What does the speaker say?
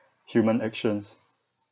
human actions